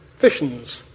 fissions